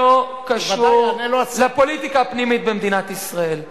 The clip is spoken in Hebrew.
לא באשמת ישראל.